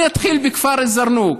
אני אתחיל בכפר א-זרנוק.